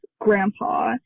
grandpa